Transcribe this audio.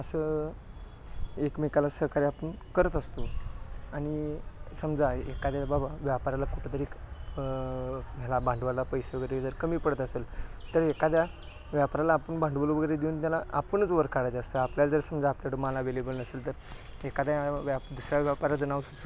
असं एकमेकाला सहकार्य आपण करत असतो आणि समजा एखाद्या बाबा व्यापाऱ्याला कुठंतरी ह्याला भांडवला पैसे वगैरे जर कमी पडत असेल तर एखाद्या व्यापाऱ्याला आपण भांडवल वगैरे देऊन त्यांना आपणच वर काढायचं असतं आपल्याला जर समजा आपल्याकडं माल अवेलेबल नसेल तर एखाद्या व्या दुसऱ्या व्यापाराचं नाव सुचवून